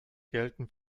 gelten